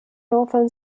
northern